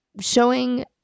showing –